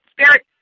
spirit